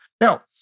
Now